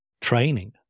training